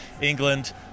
England